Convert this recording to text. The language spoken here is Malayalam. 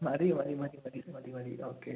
മതി മതി മതി മതി മതി മതി ഓക്കെ